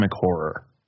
horror